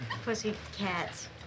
Pussycats